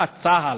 צה"ל,